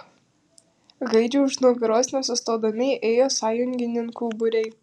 gaidžiui už nugaros nesustodami ėjo sąjungininkų būriai